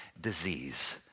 disease